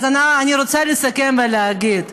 אני רוצה לסכם ולהגיד שבגדול,